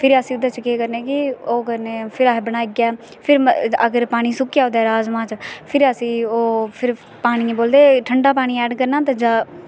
फिर अस एह्दै च केह् करने कि बनाइयै फिर अगर पानी सुक्की जा राजमांह् च फिर ओह् पानियों बोलदे ठंडा पानी ऐड़ करना होंदा जां